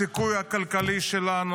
הסיכוי הכלכלי שלנו,